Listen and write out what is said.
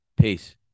Peace